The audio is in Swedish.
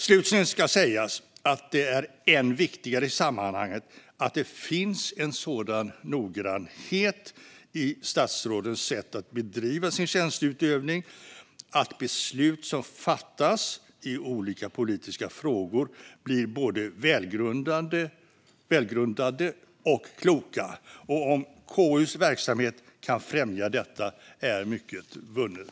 Slutligen ska sägas att det är än viktigare i sammanhanget att det finns en sådan noggrannhet i statsrådens sätt att bedriva sin tjänsteutövning att beslut som fattas i olika politiska frågor blir både välgrundade och kloka. Om KU:s verksamhet kan främja detta är mycket vunnet.